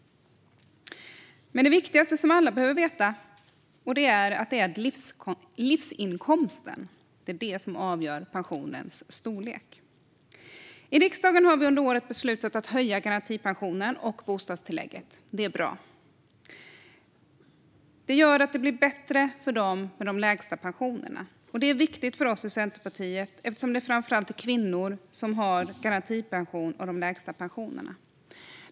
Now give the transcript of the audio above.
Men det viktigaste, som alla behöver veta, är att det är livsinkomsten som avgör pensionens storlek. I riksdagen har vi under året beslutat att höja garantipensionen och bostadstillägget. Det är bra. Det gör att det blir bättre för dem med de lägsta pensionerna. Det är viktigt för oss i Centerpartiet, eftersom det är framför allt kvinnor som har garantipension och de lägsta pensionerna.